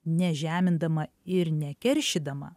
nežemindama ir nekeršydama